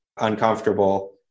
uncomfortable